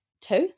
two